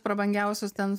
prabangiausius ten